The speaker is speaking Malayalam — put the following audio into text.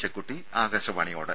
ചെക്കുട്ടി ആകാശവാണിയോട്